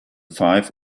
five